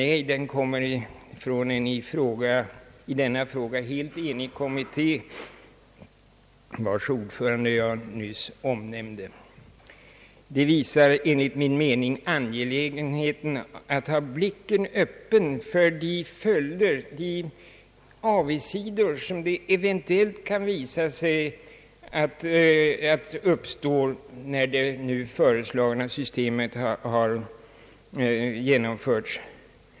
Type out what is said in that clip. Nej, den kommer från en i denna fråga helt enig kommitté, vars ordförande är den person jag nyss nämnde. Det visar enligt min mening angelägenheten av att ha blicken öppen för de avigsidor, som kan bli följderna när det nu föreslagna systemet har genomförts.